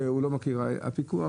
הפיקוח,